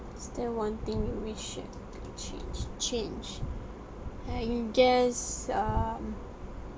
still wanting which I can't change change I guess um